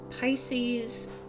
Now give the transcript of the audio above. Pisces